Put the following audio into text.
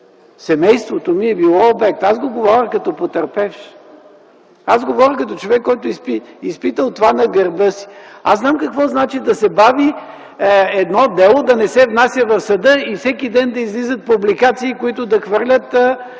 Семейството ми е било обект. Аз го говоря като потърпевш. Аз говоря като човек, който е изпитал това на гърба си. Аз знам какво значи да се бави едно дело, да не се внася в съда и всеки ден да излизат публикации, които да хвърлят